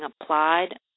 applied